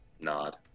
Nod